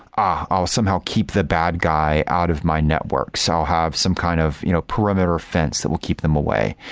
ah i'll somehow keep the bad guy out of my networks. i'll have some kind of you know perimeter fence that will keep them away.